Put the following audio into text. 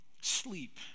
sleep